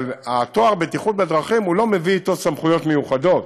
אבל התואר "בטיחות בדרכים" לא מביא אתו סמכויות מיוחדות.